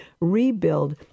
rebuild